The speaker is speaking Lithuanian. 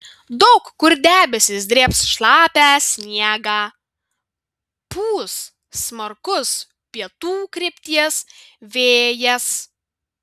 daug kur debesys drėbs šlapią sniegą pūs smarkus pietų krypties vėjas